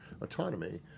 autonomy